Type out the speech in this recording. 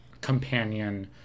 companion